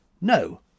No